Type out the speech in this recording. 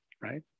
right